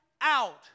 out